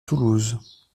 toulouse